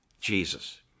Jesus